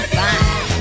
fine